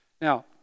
Now